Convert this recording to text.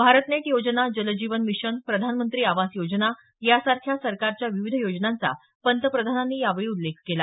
BharatNet Yojana Jal Jeevan Mission Pradhan Mantri Awas Yojana यासारख्या सरकारच्या विविध योजनांचा पंतप्रधानांनी यावेळी उल्लेख केला